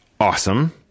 awesome